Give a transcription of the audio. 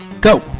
go